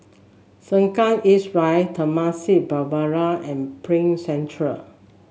Sengkang East Drive Temasek Boulevard and Prime Centre